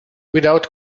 without